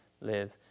live